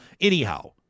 Anyhow